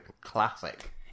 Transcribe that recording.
classic